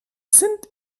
sind